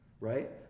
right